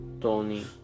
Tony